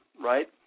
right